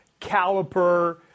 caliper